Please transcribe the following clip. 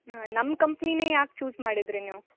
ಹ್ಞೂ ನಮ್ಮ ಕಂಪ್ನೀನೇ ಯಾಕೆ ಚೂಸ್ ಮಾಡಿದೀರಿ ನೀವು